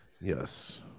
Yes